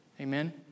Amen